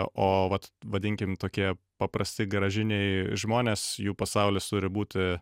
o vat vadinkim tokie paprasti garažiniai žmonės jų pasaulis turi būti